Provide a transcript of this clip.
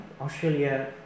Australia